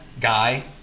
guy